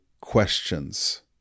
questions